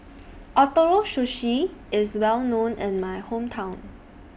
Ootoro Sushi IS Well known in My Hometown